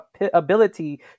ability